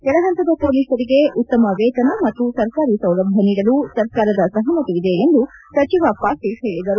ಕೆಳಹಂತದ ಪೊಲೀಸರಿಗೆ ಉತ್ತಮ ವೇತನ ಮತ್ತು ಸರ್ಕಾರಿ ಸೌಲಭ್ಞ ನೀಡಲು ಸರ್ಕಾರದ ಸಹಮತವಿದೆ ಎಂದು ಸಚಿವ ಪಾಟೀಲ್ ಹೇಳದರು